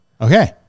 Okay